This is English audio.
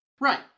Right